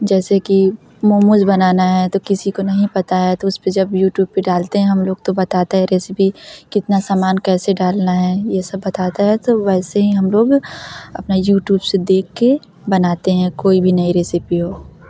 जैसे कि मोमोज बनाना है तो किसी को नहीं पता है तो उसपर जब यूट्यूब पर डालते हैं हम लोग तो बताते हैं रेसिपी कितना सामान कैसे डालना है यह सब बताता है तो वैसे ही हम लोग अपना यूट्यूब से देखकर बनाते हैं कोई भी नई रेसिपी हो